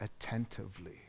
attentively